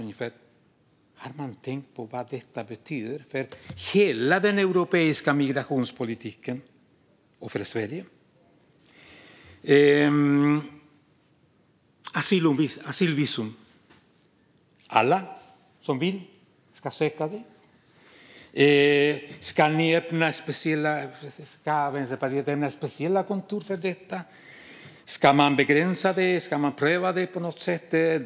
Har man tänkt på vad detta betyder för hela den europeiska migrationspolitiken och för Sverige? Asylvisum ska alltså alla som vill få söka. Ska Vänsterpartiet ha några speciella kriterier för detta? Ska man begränsa det eller pröva det på något sätt?